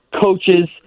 coaches